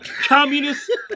communist